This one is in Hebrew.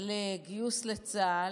לגיוס לצה"ל,